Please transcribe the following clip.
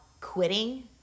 Quitting